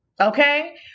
Okay